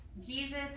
Jesus